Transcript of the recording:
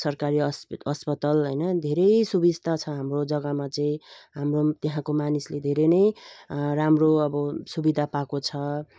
सरकारी अस् अस्पताल होइन धेरै सुबिस्ता छ हाम्रो जगामा चाहिँ हाम्रो त्यहाँको मानिसले धेरै नै राम्रो अब सुविधा पाएको छ